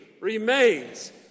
remains